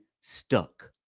stuck